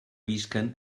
visquen